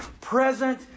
present